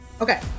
okay